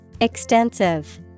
Extensive